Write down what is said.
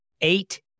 eight